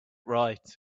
right